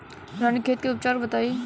रानीखेत के उपचार बताई?